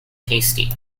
tasty